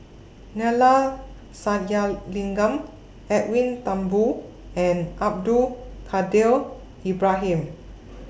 Neila Sathyalingam Edwin Thumboo and Abdul Kadir Ibrahim